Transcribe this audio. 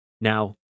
now